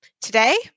Today